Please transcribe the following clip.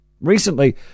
Recently